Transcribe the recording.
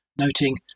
noting